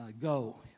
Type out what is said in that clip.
Go